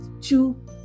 two